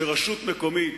את שתי העיניים,